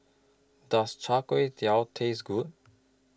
Does Chai Kuay Tow Taste Good